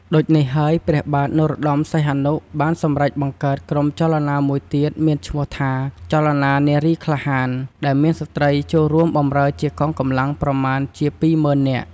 ដូចនេះហើយព្រះបាទ នរោត្តមសីហនុ បានសម្រេចបង្កើតក្រុមចលនាមួយទៀតមានឈ្មោះថា ចលនានារីក្លាហាន ដែលមានស្ត្រីចូលបម្រើជាកងកម្លាំងប្រមាណជា ២០,០០០ (២មុឺននាក់) ។